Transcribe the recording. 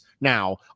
now